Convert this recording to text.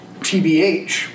TBH